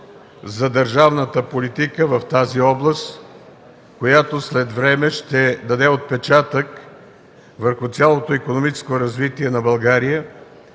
за държавната политика в тази област, който след време ще даде отпечатък върху цялото икономическо развитие на България